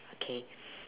okay